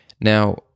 Now